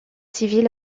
civil